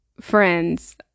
friends